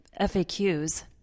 FAQs